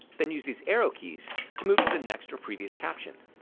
then use these arrow keys to move to the next or previous caption.